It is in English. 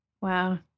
Wow